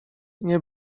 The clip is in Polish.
nie